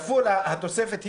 90 חברי כנסת כפול התוספת,